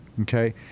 okay